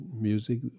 music